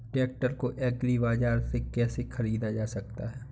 Tractor को agri बाजार से कैसे ख़रीदा जा सकता हैं?